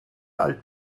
alt